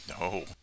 No